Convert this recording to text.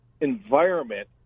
environment